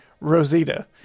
Rosita